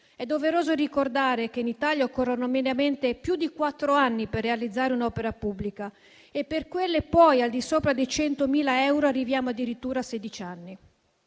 È doveroso ricordare che in Italia occorrono mediamente più di quattro anni per realizzare un'opera pubblica e che per quelle al di sopra dei 100.000 euro arriviamo addirittura a sedici anni.